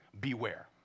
Beware